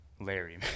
Larry